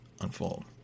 unfold